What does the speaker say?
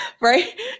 right